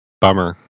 bummer